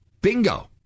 Bingo